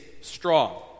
strong